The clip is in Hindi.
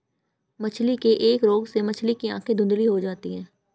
मछली के एक रोग से मछली की आंखें धुंधली हो जाती है